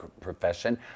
profession